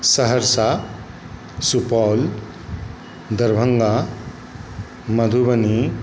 Saharsa Supaul Darbhanga Madhubani